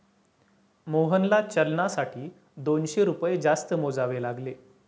मोहनला चलनासाठी दोनशे रुपये जास्त मोजावे लागले